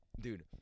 Dude